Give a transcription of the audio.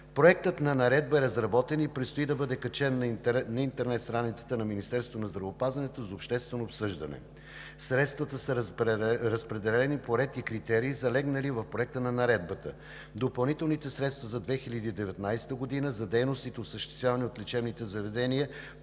Проектът на наредба е разработен и предстои да бъде качен на интернет страницата на Министерството на здравеопазването за обществено обсъждане. Средствата са разпределени по ред и критерии, залегнали в Проекта на наредбата. Допълнителните средства за 2019 г. за дейностите, осъществявани от лечебните заведения